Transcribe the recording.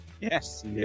yes